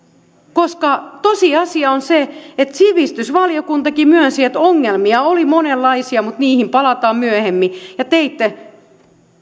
koska tosiasia on se että sivistysvaliokuntakin myönsi että ongelmia oli monenlaisia mutta niihin palataan myöhemmin ja teitte